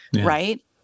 right